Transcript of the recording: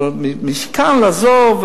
אבל מכאן לעזוב?